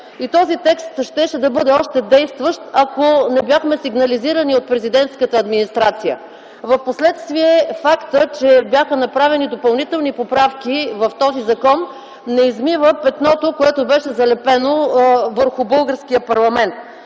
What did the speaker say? Този текст щеше да бъде още действащ, ако не бяхме сигнализирани от президентската администрация. Впоследствие фактът, че бяха направени допълнителни поправки в този закон, не измива петното, което беше залепено върху българския парламент,